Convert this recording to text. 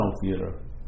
theater